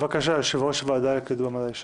בבקשה יושב-ראש הוועדה לקידום מעמד האישה.